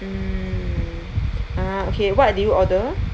mm ah okay what did you order